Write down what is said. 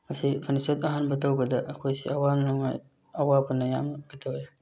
ꯑꯁꯤ ꯐꯔꯅꯤꯆꯔ ꯑꯍꯥꯟꯕ ꯇꯧꯕꯗ ꯑꯩꯈꯣꯏꯁꯦ ꯑꯋꯥ ꯅꯨꯡꯉꯥꯏ ꯑꯋꯥꯕꯅ ꯌꯥꯝꯅ ꯀꯩꯇꯧꯋꯦ